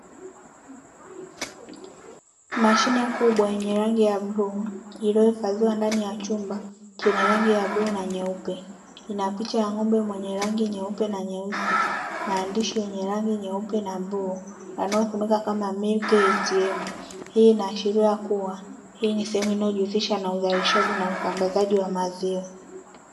Mashine kubwa yenye rangi ya bluu iliyohifadhiwa ndani ya chumba chenye rangi ya bluu na nyeupe inapicha ya ng'ombe mwenye rangi nyeupe na nyeusi ,maandishi yenye rangi nyeupe na bluu yanayosomeka kama "MILK ATM" ,hii inaashiria kuwa hii ni sehemu inayojihusisha na uzalishaji na usambazaji wa maziwa.